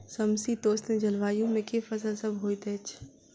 समशीतोष्ण जलवायु मे केँ फसल सब होइत अछि?